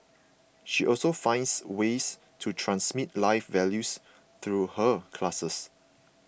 she also finds ways to transmit life values through her classes